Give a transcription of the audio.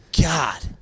God